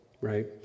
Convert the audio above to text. right